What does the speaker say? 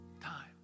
time